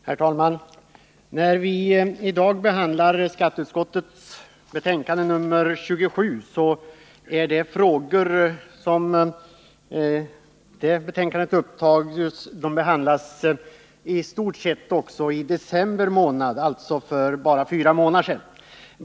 Herr talman! I skatteutskottets betänkande nr 27, som vi behandlar i dag, finns upptagna frågor som i stort sett behandlades också i december månad, dvs. för bara fyra månader sedan.